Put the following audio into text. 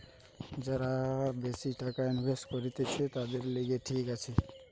যারা বেশি টাকা ইনভেস্ট করতিছে, তাদের লিগে ঠিক আছে